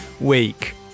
week